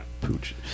Pooch